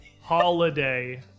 holiday